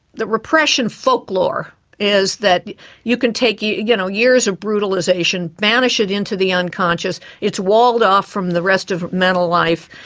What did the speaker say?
the repression folklore is that you can take you know years of brutalisation, banish it into the unconscious, it's walled off from the rest of mental life,